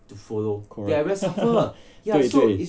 correct 对对